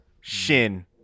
Shin